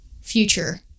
future